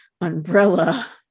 umbrella